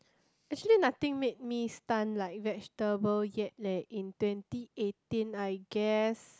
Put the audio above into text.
actually nothing made me stunt like vegetable yet leh in twenty eighteen I guess